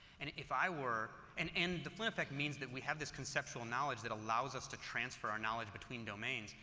and if i were and and the flynn effect means that we have this conceptual knowledge that allows us to transfer our knowledge between domains.